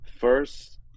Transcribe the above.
First